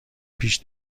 پیش